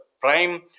prime